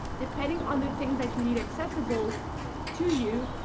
depending on the things that you need accessible to you,